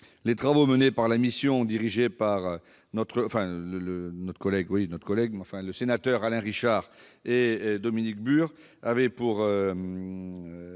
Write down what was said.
Les travaux menés par la mission dirigée par Alain Richard et Dominique Bur